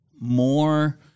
more